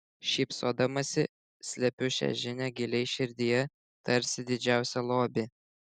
šypsodamasi slepiu šią žinią giliai širdyje tarsi didžiausią lobį